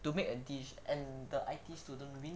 to make a dish and the I_T_E student win